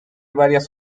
varias